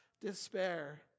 despair